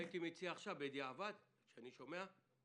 הייתי מציע עכשיו בדיעבד כשאני שומע,